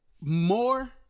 more